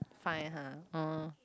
fine [huh] oh